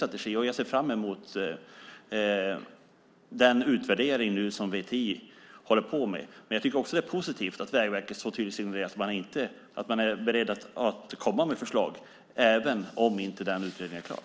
Jag ser därför fram emot den utvärdering som VTI håller på med. Vidare är det positivt att Vägverket så tydligt signalerar att man är beredd att komma med förslag även om utredningen inte är klar.